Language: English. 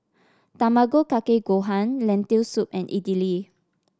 Tamago Kake Gohan Lentil Soup and Idili